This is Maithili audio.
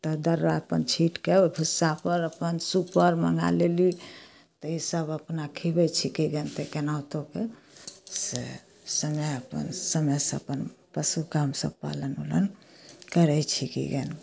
तऽ दर्रा अपन छीटिकऽ ओ भुस्सापर अपन सुपर मँगा लेली तऽ ईसब अपना खुआबै छी कि जनितै केनाहिओके से समय अपन समयसँ अपन पशुके हमसभ पालन उलन करै छी कि जानू